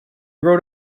wrote